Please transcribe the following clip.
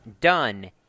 done